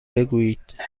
بگویید